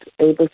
able